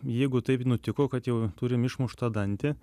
jeigu taip nutiko kad jau turim išmuštą dantį